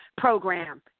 program